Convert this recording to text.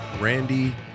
Randy